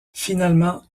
finalement